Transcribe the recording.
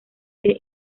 que